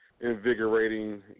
invigorating